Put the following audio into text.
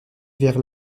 vers